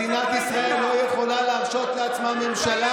מדינת ישראל לא יכולה להרשות לעצמה ממשלה